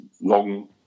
long